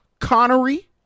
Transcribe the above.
Connery